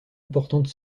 importante